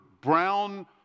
brown